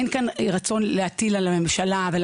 אין כאן רצון להטיל על הממשלה ועל